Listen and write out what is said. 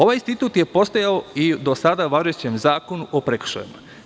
Ovaj institut je postojao i u do sada važećem Zakonu o prekršajima.